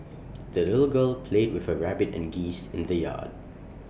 the little girl played with her rabbit and geese in the yard